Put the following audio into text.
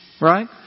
right